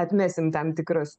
atmesim tam tikrus